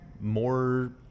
More